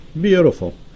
Beautiful